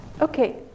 Okay